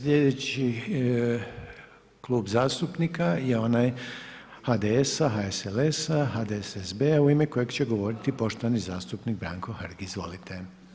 Slijedeći kluba zastupnika je onaj HDS-a, HSLS-a, HDSSB-a u ime kojega će govoriti poštovani zastupnik Branko Hrg, izvolite.